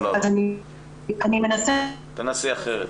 תנסי אחרת.